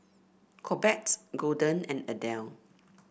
Corbett Golden and Adele